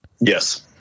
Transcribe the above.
Yes